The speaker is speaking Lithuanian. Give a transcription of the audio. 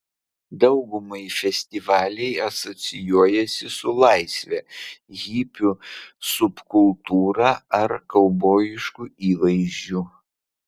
daugumai festivaliai asocijuojasi su laisve hipių subkultūra ar kaubojišku įvaizdžiu